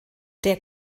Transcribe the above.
der